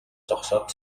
зогсоод